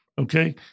Okay